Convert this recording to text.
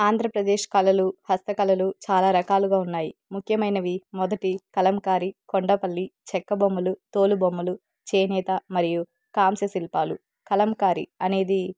ఆంధ్రప్రదేశ్ కళలు హస్త కళలు చాలా రకాలుగా ఉన్నాయి ముఖ్యమైనవి మొదటి కలంకారి కొండపల్లి చెక్క బొమ్మలు తోలుబొమ్మలు చేనేత మరియు కాంస్య శిల్పాలు కలంకారి అనేది